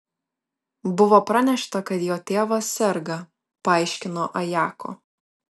buvo pranešta kad jo tėvas serga paaiškino ajako